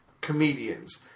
comedians